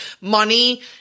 Money